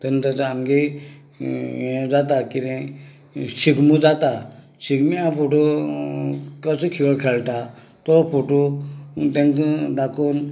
तेन्ना तेजो आमगें ये जाता किदें शिगमो जाता शिगम्या फोटो कशें खेळ खेळटा तो फोटो तेंका दाखोवन